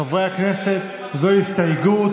חברי הכנסת, זו ההסתייגות.